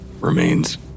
Remains